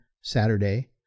Saturday